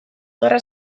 gerra